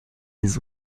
des